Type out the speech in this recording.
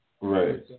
right